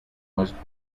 was